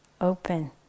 open